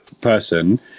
person